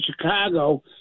Chicago